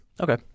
Okay